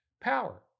power